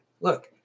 Look